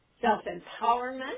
self-empowerment